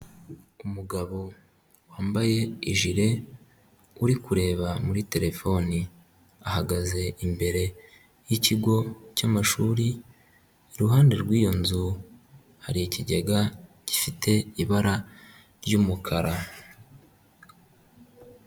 Umugabo wambaye ijire uri kureba muri terefone ahagaze imbere y'ikigo cy'amashuri iruhande rw'iyo nzu hari ikigega gifite ibara ry'umukara.